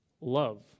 love